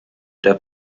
der